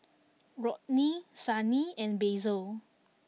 Rodney Sunny and Basil